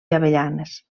avellanes